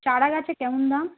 চারা গাছের কেমন দাম